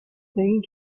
thing